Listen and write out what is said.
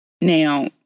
Now